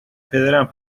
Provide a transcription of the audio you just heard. پدرم